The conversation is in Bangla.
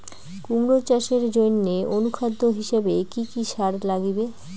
কুমড়া চাষের জইন্যে অনুখাদ্য হিসাবে কি কি সার লাগিবে?